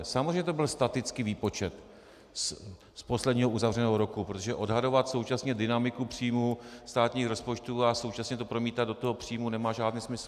Samozřejmě to byl statický výpočet z posledního uzavřeného roku, protože odhadovat současně dynamiku příjmů státních rozpočtů a současně to promítat do toho příjmu nemá žádný smysl.